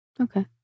Okay